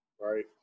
right